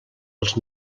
els